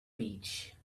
beach